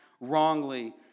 wrongly